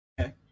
Okay